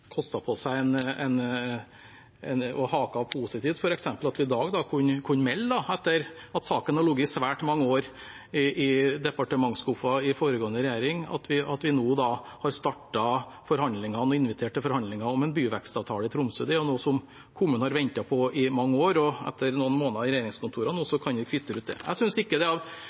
ligget i svært mange år i skuffen i departementet under foregående regjering, har vi nå startet forhandlinger, invitert til forhandlinger, om en byvekstavtale i Tromsø. Det er noe som kommunen har ventet på i mange år, og etter noen måneder i regjeringskontorene kan vi nå kvittere ut det. Jeg synes ikke det